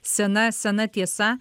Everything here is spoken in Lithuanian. sena sena tiesa